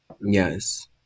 Yes